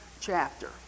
chapter